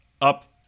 up